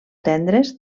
tendres